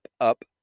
up